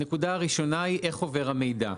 הנקודה הראשונה היא איך עובר המידע.